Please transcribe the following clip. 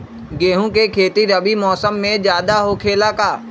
गेंहू के खेती रबी मौसम में ज्यादा होखेला का?